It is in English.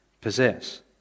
possess